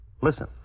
Listen